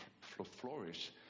flourish